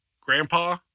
Grandpa